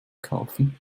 kaufen